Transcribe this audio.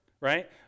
right